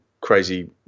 crazy